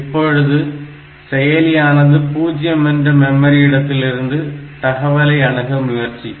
இப்பொழுது செயலியானது பூஜ்ஜியம் என்ற மெமரி இடத்திலிருந்து தகவலை அணுக முயற்சிக்கும்